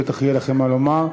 בטח יהיה לכן מה לומר.